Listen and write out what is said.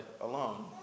alone